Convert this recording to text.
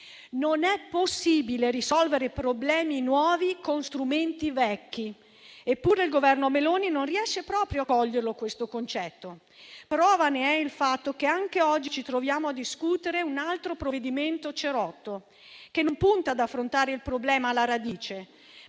Non è possibile risolvere problemi nuovi con strumenti vecchi; il Governo Meloni non riesce proprio a cogliere questo concetto. Prova ne è il fatto che anche oggi ci troviamo a discutere un altro provvedimento cerotto, che non punta ad affrontare il problema alla radice,